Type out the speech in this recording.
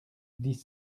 dix